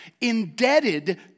indebted